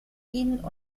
ihn